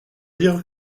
dire